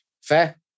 Fair